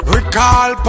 Recall